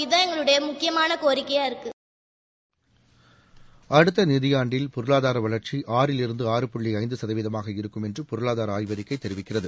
இதுகான் என்னோட முக்கியமான கோரிக்கையா இருக்கு அடுத்த நிதியாண்டில் பொருளாதார வளர்ச்சி ஆறிலிருந்து ஆறு புள்ளி ஐந்து சதவீதமாக இருக்கும் என்று பொருளாதார ஆய்வறிக்கை தெரிவிக்கிறது